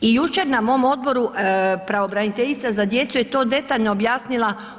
I jučer na mom odboru, pravobraniteljica za djecu je to detaljno objasnila.